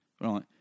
Right